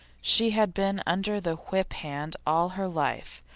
she had been under the whip hand all her life.